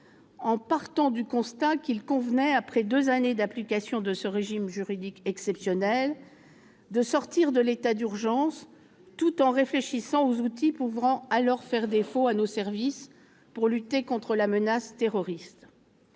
en partant du constat qu'il convenait, après deux années d'application de ce régime juridique exceptionnel, de sortir de l'état d'urgence tout en réfléchissant aux outils pouvant alors faire défaut à nos services pour lutter contre la menace terroriste.